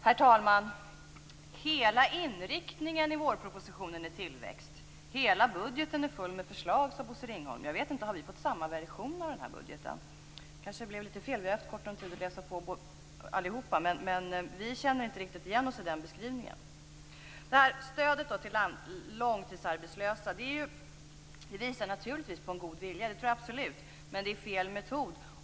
Herr talman! Vårpropositionen är helt inriktad på tillväxt, och hela budgeten är full med förslag, sade Bosse Ringholm. Jag vet inte om vi har fått samma version av den här budgeten. Alla här har haft kort tid på sig att läsa på, men vi känner inte riktigt igen oss i den här beskrivningen. Jag tror absolut att stödet till långtidsarbetslösa visar på en god vilja, men det är fel metod.